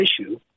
issue